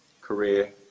career